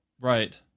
Right